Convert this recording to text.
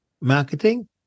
Marketing